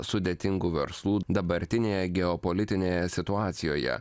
sudėtingų verslų dabartinėje geopolitinėje situacijoje